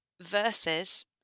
Versus